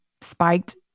spiked